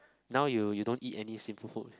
now you you don't eat any sinful food